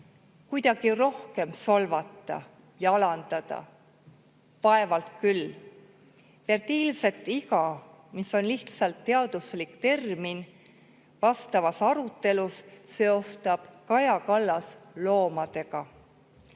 kuidagi rohkem solvata ja alandada. Vaevalt küll. Fertiilset iga, mis on lihtsalt teaduslik termin, vastavas arutelus seostab Kaja Kallas loomadega.